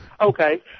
Okay